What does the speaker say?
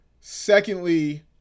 Secondly